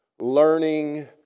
Learning